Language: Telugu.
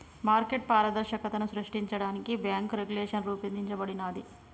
మార్కెట్ పారదర్శకతను సృష్టించడానికి బ్యేంకు రెగ్యులేషన్ రూపొందించబడినాది